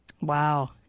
Wow